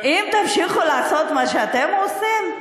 אם תמשיכו לעשות מה שאתם עושים,